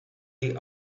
the